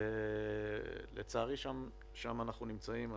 לצערי, שם אנחנו נמצאים.